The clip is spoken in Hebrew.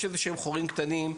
יש חורים קטנים כלשהם,